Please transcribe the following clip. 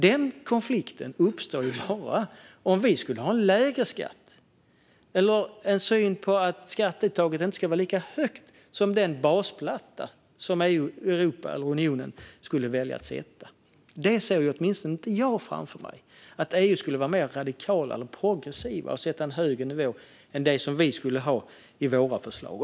Den konflikten uppstår bara om vi skulle ha en lägre skatt eller en syn på att skatteuttaget inte ska vara lika högt som den basplatta som unionen skulle välja att sätta. Det ser åtminstone inte jag framför mig, att EU skulle vara mer radikala eller progressiva och sätta en högre nivå än vi skulle ha i våra förslag.